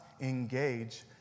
engage